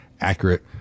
accurate